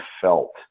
felt